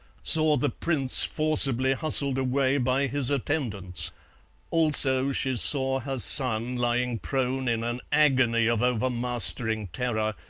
saw the prince forcibly hustled away by his attendants also she saw her son lying prone in an agony of overmastering terror,